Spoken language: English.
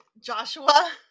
Joshua